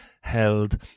held